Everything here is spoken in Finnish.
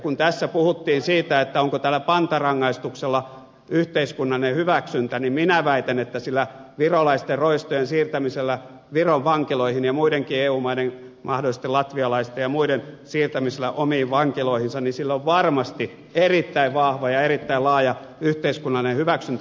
kun tässä puhuttiin siitä onko tällä pantarangaistuksella yhteiskunnallinen hyväksyntä niin minä väitän että sillä virolaisten roistojen siirtämisellä viron vankiloihin ja muidenkin eu maiden kansalaisten mahdollisesti latvialaisten ja muiden siirtämisellä omiin vankiloihinsa on varmasti erittäin vahva ja erittäin laaja yhteiskunnallinen hyväksyntä